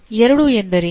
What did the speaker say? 2 ಎಂದರೇನು